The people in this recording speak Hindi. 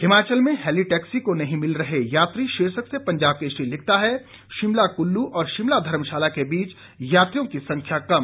हिमाचल में हैली टैक्सी को नहीं मिल रहे यात्री शीर्षक से पंजाब केसरी लिखता है शिमला कुल्लू और शिमला धर्मशाला के बीच यात्रियों की संख्या कम